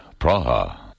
Praha